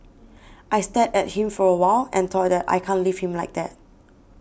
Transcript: I stared at him for a while and thought that I can't leave him like that